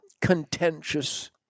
contentious